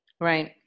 Right